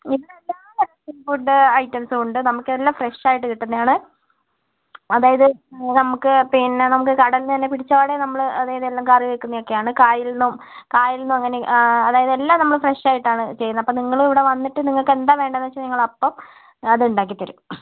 food ഐറ്റംസും ഉണ്ട് നമുക്ക് എല്ലാം ഫ്രഷ് ആയിട്ട് കിട്ടുന്നതാണ് അതായത് നമുക്ക് പിന്നെ നമുക്ക് കടലില് നിന്ന് പിടിച്ചപാടെ നമ്മൾ അതായത് എല്ലാം കറി വയ്ക്കുന്നതൊക്കെയാണ് കായലില് നിന്നും കായലിൽ നിന്നും അങ്ങനെ അതായത് എല്ലാം നമ്മള് ഫ്രഷ് ആയിട്ടാണ് ചെയ്യുന്നത് അപ്പോള് നിങ്ങള് ഇവിടെ വന്നിട്ട് നിങ്ങൾക്ക് എന്താണ് വേണ്ടതെന്ന് വെച്ചാൽ ഞങ്ങളപ്പം അത് ഉണ്ടാക്കി തരും